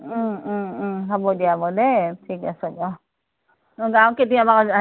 ওম ওম ওম হ'ব দিয়া বাৰু দেই ঠিক আছে বাৰু